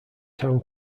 town